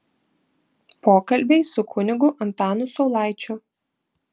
pokalbiai su kunigu antanu saulaičiu